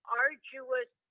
arduous